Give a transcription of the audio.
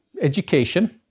education